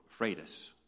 Freitas